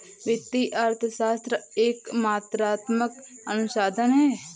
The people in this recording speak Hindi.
वित्तीय अर्थशास्त्र एक मात्रात्मक अनुशासन है